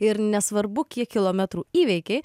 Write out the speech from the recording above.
ir nesvarbu kiek kilometrų įveiki